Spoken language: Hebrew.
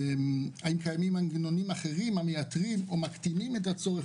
האם קיימים מנגנונים אחרים המייתרים או מקטינים את הצורך